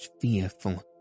fearful